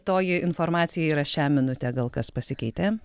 toji informacija yra šią minutę gal kas pasikeitė